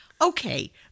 okay